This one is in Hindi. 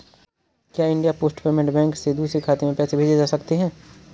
क्या इंडिया पोस्ट पेमेंट बैंक से दूसरे खाते में पैसे भेजे जा सकते हैं?